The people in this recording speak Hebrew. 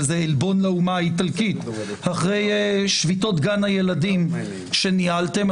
אבל זה עלבון לאומה האיטלקית אחרי שביתות גן הילדים שניהלתם.